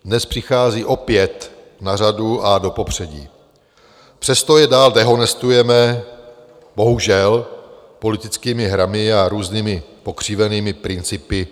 Dnes přichází opět na řadu a do popředí, přesto je dál dehonestujeme bohužel politickými hrami a různými pokřivenými principy cirkularity.